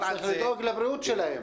צריך לדאוג לבריאות שלהם.